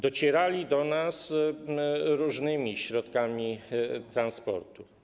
Docierali do nas różnymi środkami transportu.